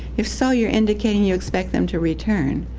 if so, you're indicating you expect them to return,